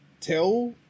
tell